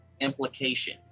implication